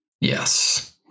Yes